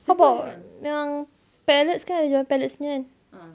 support yang pallets kan ada jual pallets nya kan